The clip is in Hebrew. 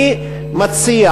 אני מציע